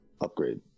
upgrade